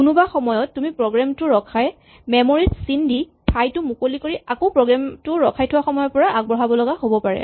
কোনোবা সময়ত তুমি প্ৰগ্ৰেম টো ৰখাই মেমৰী ত চিন দি ঠাইটো মুকলি কৰি আকৌ প্ৰগ্ৰেমটো ৰখাই থোৱা সময়ৰ পৰা আগবঢ়াব লগা হ'ব পাৰে